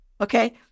okay